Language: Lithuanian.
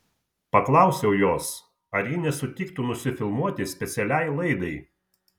paklausiau jos ar ji nesutiktų nusifilmuoti specialiai laidai